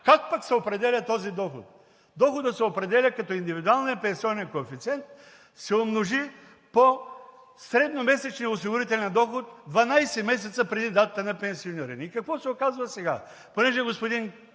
Как пък се определя този доход? Доходът се определя, като индивидуалният пенсионен коефициент се умножи по средномесечния осигурителен доход 12 месеца преди датата на пенсиониране. И какво се оказва сега?